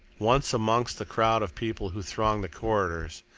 once amongst the crowd of people who thronged the corridors,